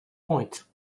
points